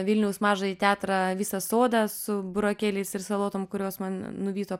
vilniaus mažąjį teatrą visą sodą su burokėliais ir salotom kurios man nuvyto